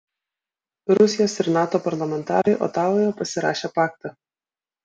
rusijos ir nato parlamentarai otavoje pasirašė paktą